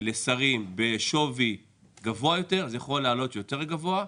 לשרים בשווי גבוה יותר,